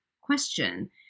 Question